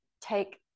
Take